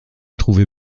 trouver